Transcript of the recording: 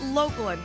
local